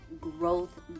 growth